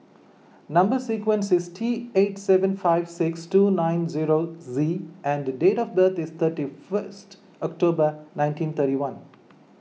Number Sequence is T eight seven five six two nine zero Z and date of birth is thirty first October nineteen thirty one